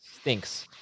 stinks